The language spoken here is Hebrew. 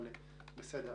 אבל בסדר,